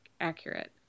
accurate